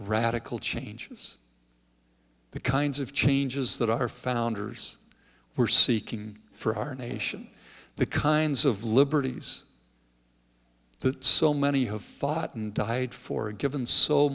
radical changes the kinds of changes that our founders were seeking for our nation the kinds of liberties that so many have fought and died for given so